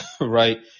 right